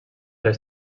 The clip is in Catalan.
les